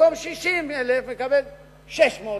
במקום 60,000 מקבל 600,000,